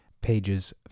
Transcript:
pages